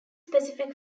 specific